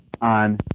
on